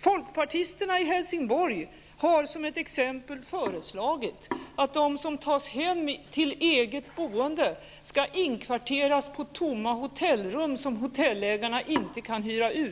Folkpartisterna i Hälsingborg har exempelvis föreslagit att de som tas hem till eget boende skall inkvarteras i tomma hotellrum som hotellägarna inte kan hyra ut.